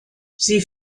sie